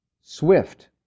Swift